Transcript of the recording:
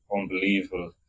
Unbelievable